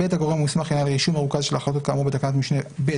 (ב)הגורם המוסמך ינהל רישום מרוכז של החלטות כאמור בתקנת משנה (א),